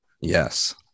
Yes